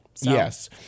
Yes